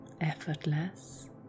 effortless